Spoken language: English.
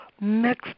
next